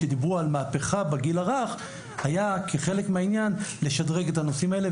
כשדיברו על מהפכה בגיל הרך היה כחלק מהעניין לשדרג את הנושאים האלה,